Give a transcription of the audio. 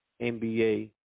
NBA